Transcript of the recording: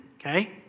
okay